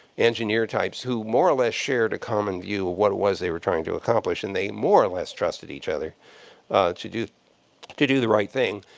engineer types, who more or less shared a common view of what it was they were trying to accomplish, and they more or less trusted each other to do to do the right thing.